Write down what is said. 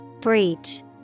Breach